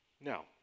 Now